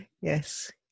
Yes